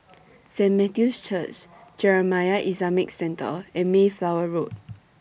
Saint Matthew's Church Jamiyah Islamic Centre and Mayflower Road